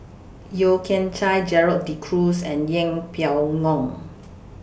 Yeo Kian Chye Gerald De Cruz and Yeng Pway Ngon